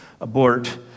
abort